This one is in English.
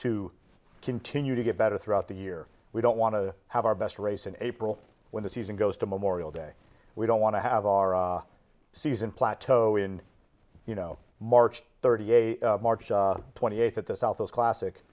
to continue to get better throughout the year we don't want to have our best race in april when the season goes to memorial day we don't want to have our season plateau in you know march thirty eight march twenty eighth at the south those classic